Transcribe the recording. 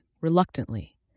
reluctantly